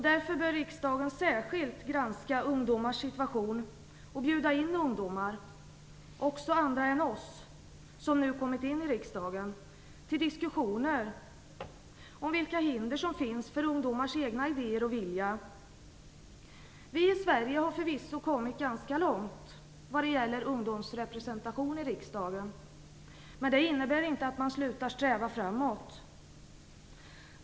Därför bör riksdagen särskilt granska ungdomars situation och bjuda in ungdomar - också andra än oss som nu kommit in i riksdagen - till diskussioner om vilka hinder som finns för ungdomars egna idéer och vilja. Vi i Sverige har förvisso kommit ganska långt vad det gäller ungdomsrepresentation i riksdagen. Men det innebär inte att man skall sluta att sträva framåt.